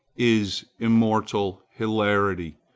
is immortal hilarity,